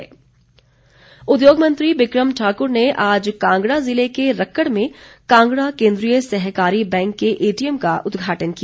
बिक्रम सिंह उद्योग मंत्री बिक्रम ठाकुर ने आज कांगड़ा जिले के रक्कड़ में कांगड़ा केन्द्रीय सहकारी बैंक के एटी एम का उद्घाटन किया